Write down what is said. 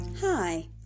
Hi